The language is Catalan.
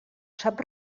sap